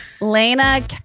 Lena